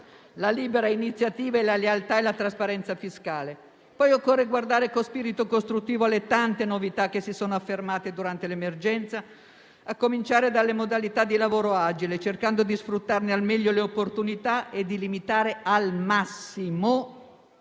la libera iniziativa, la lealtà e la trasparenza fiscale. Occorre poi guardare con spirito costruttivo alle tante novità che si sono affermate durante l'emergenza, a cominciare dalle modalità di lavoro agile, cercando di sfruttarne al meglio le opportunità e di limitare al massimo